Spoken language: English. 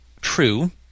True